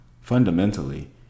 Fundamentally